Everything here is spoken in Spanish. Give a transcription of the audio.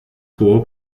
jugó